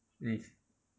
mm